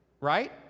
right